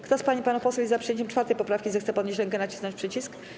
Kto z pań i panów posłów jest za przyjęciem 4. poprawki, zechce podnieść rękę i nacisnąć przycisk.